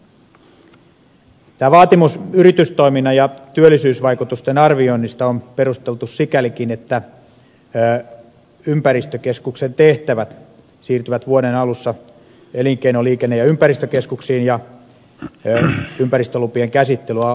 tämä vaatimus yritystoiminnan ja työllisyysvaikutusten arvioinnista on perusteltu sikälikin että ympäristökeskuksen tehtävät siirtyvät vuoden alussa elinkeino liikenne ja ympäristökeskuksiin ja ympäristölupien käsittely aluehallintovirastoihin